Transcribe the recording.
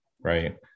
right